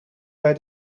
bij